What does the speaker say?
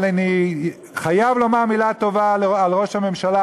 אבל אני חייב לומר מילה טובה על ראש הממשלה,